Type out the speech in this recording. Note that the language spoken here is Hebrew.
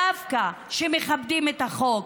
שדווקא מכבדים את החוק,